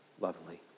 lovely